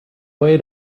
way